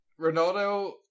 Ronaldo